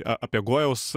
apie gojaus